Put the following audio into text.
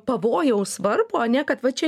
pavojaus varpo ane kad va čia